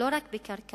לא רק בקרקעות